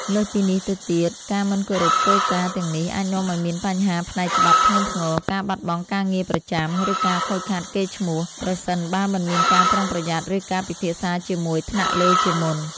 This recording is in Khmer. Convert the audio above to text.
លើសពីនេះទៅទៀត ការមិនគោរពគោលការណ៍ទាំងនេះអាចនាំឱ្យមានបញ្ហាផ្នែកច្បាប់ធ្ងន់ធ្ងរ ការបាត់បង់ការងារប្រចាំ ឬការខូចខាតកេរ្តិ៍ឈ្មោះ ប្រសិនបើមិនមានការប្រុងប្រយ័ត្ន ឬការពិភាក្សាជាមួយថ្នាក់លើជាមុន។